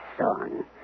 son